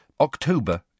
October